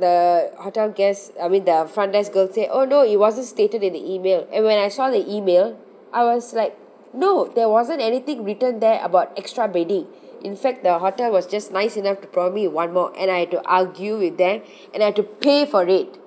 the hotel guest I mean the front desk girl say oh no it wasn't stated in the email and when I saw the email I was like no there wasn't anything written there about extra bedding in fact the hotel was just nice enough to provide with me one more and I had to argue with them and I had to pay for it